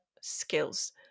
skills